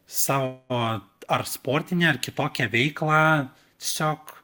savo ar sportinę ar kitokią veiklą tiesiog